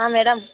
madam